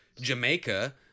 Jamaica